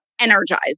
energized